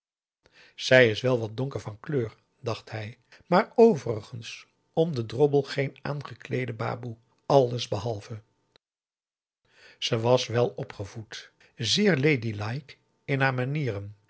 zij is wel wat donker van kleur dacht hij maar overigens om den drommel geen aangekleede baboe allesbehalve ze was welopgevoed zeer ladylike in haar manieren